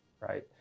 Right